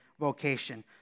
vocation